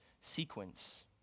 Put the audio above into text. sequence